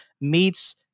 meets